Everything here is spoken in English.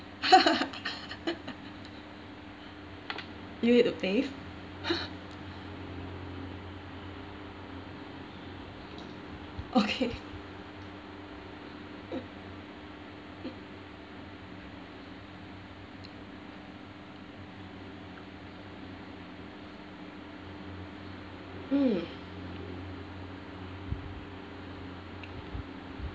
you have to pay okay mm